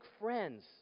friends